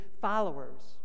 followers